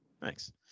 Thanks